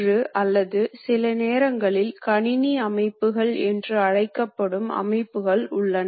இந்த பந்து திருகுகள் துல்லியமான இயக்கத்தை உருவாக்கும் அளவு மிகவும் சிறப்பாக வடிவமைக்கப்பட்டுள்ளன